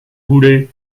voulez